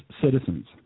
citizens